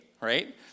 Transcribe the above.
right